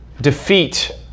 defeat